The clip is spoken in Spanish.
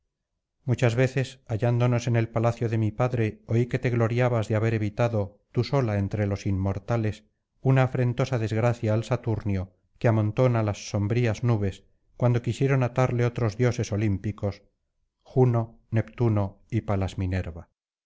muchas veces hallándonos en el palacio de mi padre oí que te gloriabas de haber evitado tú sola entre los inmortales una afrentosa desgracia al saturnio que amontona las sombrías nubes cuando quisieron atarle otros dioses olímpicos juno neptuno y palas minerva